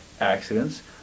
accidents